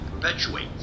perpetuate